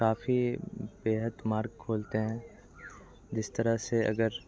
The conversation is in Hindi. काफ़ी बेहद मार्ग खोलते हैं जिस तरह से अगर